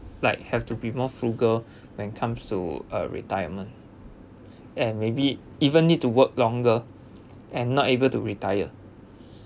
like have to be more frugal when comes to uh retirement and maybe even need to work longer and not able to retire